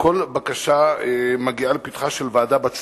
כל בקשה מגיעה לפתחה של ועדה בת שלושה.